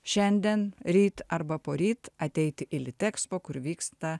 šiandien ryt arba poryt ateiti į litexpo kur vyksta